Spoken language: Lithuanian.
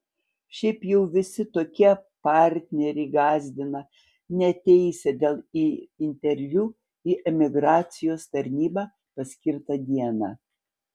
šiaip jau visi tokie partneriai gąsdina neateisią dėl interviu į emigracijos tarnybą paskirtą dieną